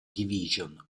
division